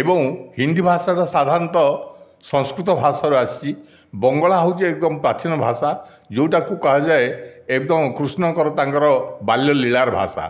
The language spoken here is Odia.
ଏବଂ ହିନ୍ଦୀ ଭାଷାଟା ସାଧାରଣତଃ ସଂସ୍କୃତ ଭାଷାରୁ ଆସିଛି ବଙ୍ଗଳା ହେଉଛି ଏକଦମ୍ ପ୍ରାଚୀନ ଭାଷା ଯେଉଁଟାକୁ କହାଯାଏ ଏକଦମ୍ କୃଷ୍ଣଙ୍କର ତାଙ୍କର ବାଲ୍ୟ ଲୀଳାର ଭାଷା